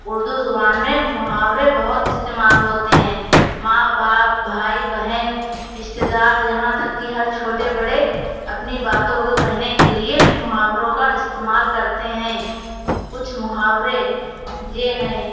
اردو زبان میں محاورے بہت استعمال ہوتے ہیں ماں باپ بھائی بہن رشتےدار یہاں تک کہ ہر چھوٹے بڑے اپنی باتوں کو کہنے کے لیے محاوروں کا استعمال کرتے ہیں کچھ محاورے یہ ہیں